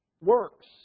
Works